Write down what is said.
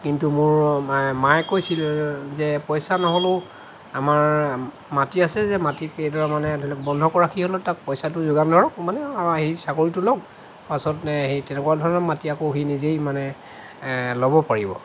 কিন্তু মোৰ মা মায়ে কৈছিল যে পইচা নহ'লেও আমাৰ মাটি আছে যে মাটি কেইডৰা মানে ধৰি লওক বন্ধকত ৰাখি হ'লেও তাক পইচাটো যোগান ধৰক মানে সি চাকৰিতো লওক পাছত সেই তেনেকুৱা ধৰণৰ মাটি আকৌ সি নিজেই মানে ল'ব পাৰিব